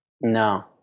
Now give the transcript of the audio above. no